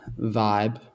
vibe